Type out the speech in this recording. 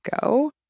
go